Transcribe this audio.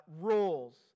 rules